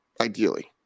Ideally